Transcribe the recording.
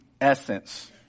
essence